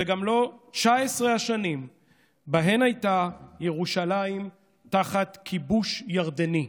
וגם לא ב-19 השנים שבהן הייתה ירושלים תחת כיבוש ירדני.